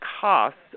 costs